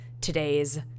today's